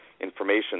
information